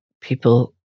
people